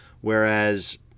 whereas